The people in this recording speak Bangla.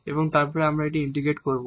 এবং তারপরে আমরা এটি ইন্টিগ্রেট করব